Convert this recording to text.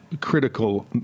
critical